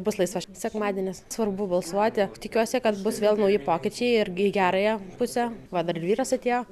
bus laisvas sekmadienis svarbu balsuoti tikiuosi kad bus vėl nauji pokyčiai irgi į gerąją pusę va dar vyras atėjo